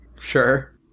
Sure